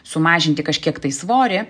sumažinti kažkiek tai svorį